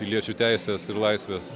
piliečių teises ir laisves